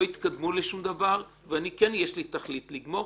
לא יתקדמו לשום דבר וכן יש לי תכלית לגמור